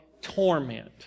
torment